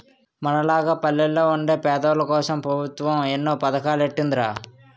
మనలాగ పల్లెల్లో వుండే పేదోల్లకోసం పెబుత్వం ఎన్నో పదకాలెట్టీందిరా